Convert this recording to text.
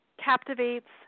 captivates